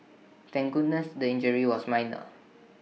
thank goodness the injury was minor